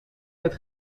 het